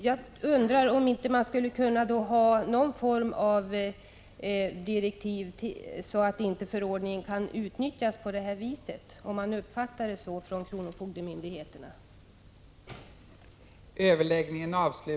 Jag undrar om man inte kunde utfärda någon form av direktiv så att förordningen inte av kronofogdemyndigheterna kan uppfattas så som här har skett.